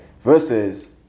Versus